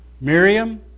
Miriam